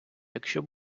якщо